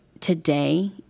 Today